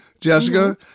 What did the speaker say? Jessica